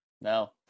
No